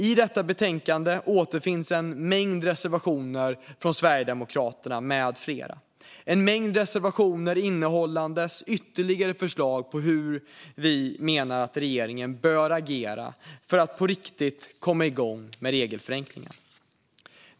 I detta betänkande återfinns en mängd reservationer från Sverigedemokraterna med flera som innehåller ytterligare förslag på hur vi menar att regeringen bör agera för att på riktigt komma igång med regelförenklingen.